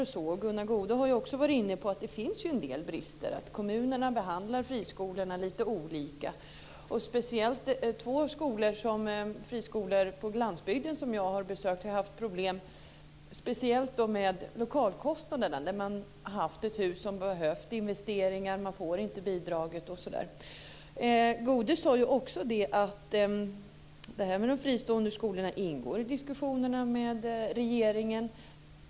Gunnar Goude var också inne på att det finns en del brister. Kommunerna behandlar friskolorna lite olika. Vid två friskolor på landsbygden som jag har besökt har man haft problem med lokalkostnaderna. Man har behövt investera i ett skolhus, men man har inte fått något bidrag. Gunnar Goude sade att de fristående skolorna ingår i diskussionerna med regeringen.